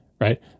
right